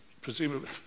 presumably